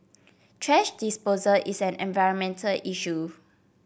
thrash disposal is an environmental issue